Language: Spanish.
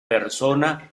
persona